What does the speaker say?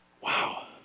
Wow